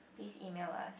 please email us